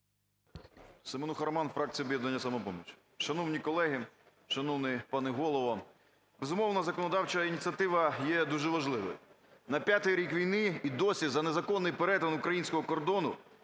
Семенуха Роман, фракція "Об'єднання "Самопоміч". Шановні колеги, шановний пане Голово, безумовно, законодавча ініціатива є дуже важливою. На п'ятий рік війни і досі за незаконний перетин українського кордону